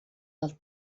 del